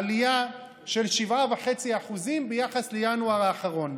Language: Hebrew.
עלייה של 7.5% ביחס לינואר האחרון,